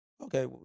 Okay